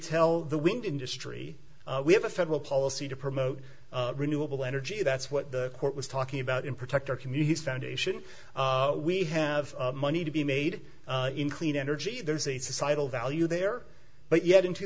tell the wind industry we have a federal policy to promote renewable energy that's what the court was talking about in protect our communities foundation we have money to be made in clean energy there's a societal value there but yet in two